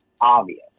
obvious